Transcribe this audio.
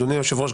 אדוני היושב ראש,